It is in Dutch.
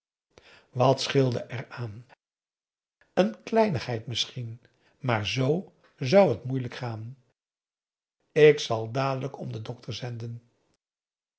wat scheelt eraan n kleinigheid misschien maar z zou t moeilijk gaan ik zal dadelijk om den dokter zenden